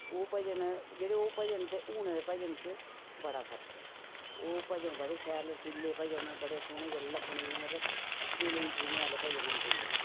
ते ओह् भजन जेह्ड़े ओह् भजन ते हूनै दे भजन च बड़ा फर्क ऐ ओह् भजन बड़े शैल रसीले भजन बड़े सौह्ने लग्गने इ'यां मतलब दिले गी छूने आह्ले भजन हुंदे हुंदे हे